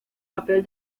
papel